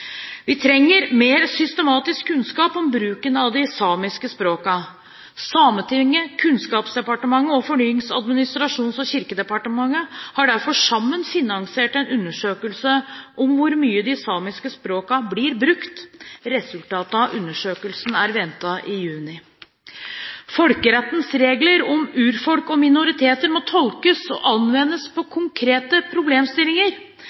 Vi trenger mer systematisk kunnskap om bruken av de samiske språkene. Sametinget, Kunnskapsdepartementet og Fornyings-, administrasjons- og kirkedepartementet har derfor sammen finansiert en undersøkelse om hvor mye de samiske språkene blir brukt. Resultatene av undersøkelsen er ventet i juni. Folkerettens regler om urfolk og minoriteter må tolkes og anvendes på konkrete problemstillinger.